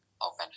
open